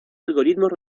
algoritmos